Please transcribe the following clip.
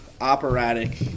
operatic